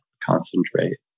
concentrate